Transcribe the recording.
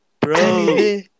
Bro